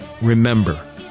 remember